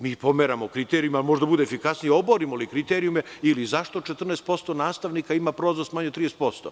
Mi ih pomeramo kriterijumima, a može da bude efikasnije oborimo li kriterijume i zašto 14% nastavnika ima prolaznost manju od 30%